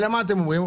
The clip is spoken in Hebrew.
אלא מה אתם אומרים?